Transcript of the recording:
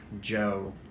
Joe